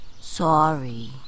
Sorry